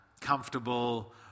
comfortable